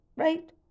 right